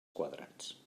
quadrats